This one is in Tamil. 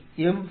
M நிலை